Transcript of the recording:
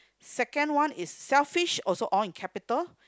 second one is selfish also all in capital